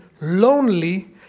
lonely